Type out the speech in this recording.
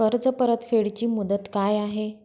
कर्ज परतफेड ची मुदत काय आहे?